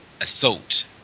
assault